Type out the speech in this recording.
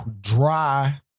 dry